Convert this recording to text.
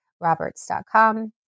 roberts.com